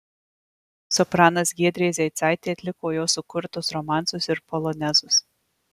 sopranas giedrė zeicaitė atliko jo sukurtus romansus ir polonezus